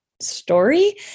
story